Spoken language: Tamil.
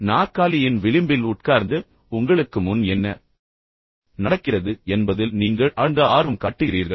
எனவே நாற்காலியின் விளிம்பில் உட்கார்ந்து நீங்கள் உட்கார்ந்திருப்பது என்பதைக் காட்டுகிறது உங்களுக்கு முன் என்ன நடக்கிறது என்பதில் நீங்கள் ஆழ்ந்த ஆர்வம் காட்டுகிறீர்கள்